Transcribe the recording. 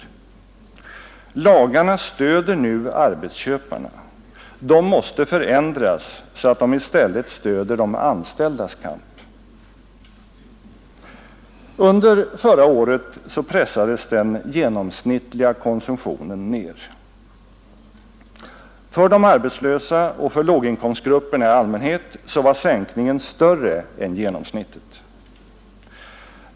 Lagarna stöder nu arbetsköparna. De måste förändras så att de i stället stöder de anställdas kamp. Under förra året pressades den genomsnittliga konsumtionen ner. För de arbetslösa och för låginkomstgrupperna i allmänhet var sänkningen större än genomsnittet.